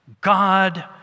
God